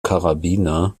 karabiner